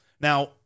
Now